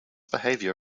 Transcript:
behavior